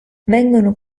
vengono